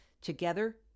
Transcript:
Together